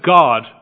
God